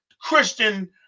Christian